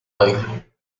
règle